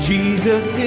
Jesus